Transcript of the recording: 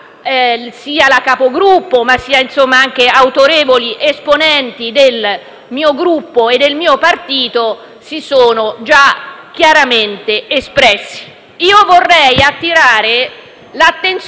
sia la Capogruppo, sia autorevoli esponenti del mio Gruppo e del mio partito si sono chiaramente espressi. Io vorrei attirare l'attenzione